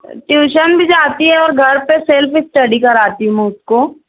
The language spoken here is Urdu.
ٹیوشن بھی جاتی ہے اور گھر پہ سیلف اسٹڈی کراتی ہوں میں اُس کو